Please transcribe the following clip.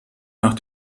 nach